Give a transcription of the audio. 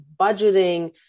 budgeting